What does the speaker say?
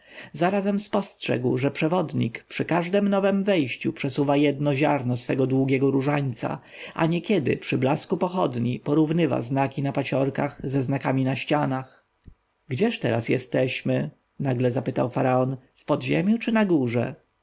zarazem spostrzegł że przewodnik przy każdem nowem wejściu przesuwa jedno ziarnko swego długiego różańca a niekiedy przy blasku pochodni porównywa znaki na paciorkach ze znakami na ścianach gdzież teraz jesteśmy nagle zapytał faraon w podziemiu czy na górze